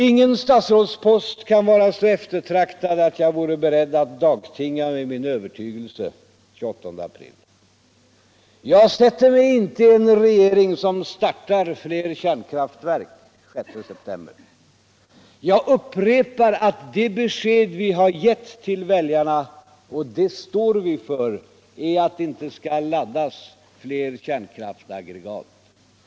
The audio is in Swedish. ”Ingen statsrådspost kan vara så eftertraktad att jag vore beredd att dagtinga med min övertygelse.” | ”Jag sätter mig inte i en regering som startar fler kärnkraftverk.” ”Jag upprepar att det besked vi har gett tull viäljarna - och det står vi för — är att det inie skall taddas fler kärnkraftaggregat.”